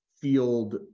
field